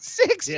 six